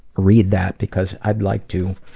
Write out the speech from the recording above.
read that because i'd like to,